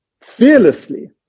fearlessly